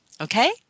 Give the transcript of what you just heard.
Okay